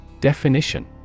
Definition